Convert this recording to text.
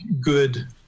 good